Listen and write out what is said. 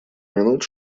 минут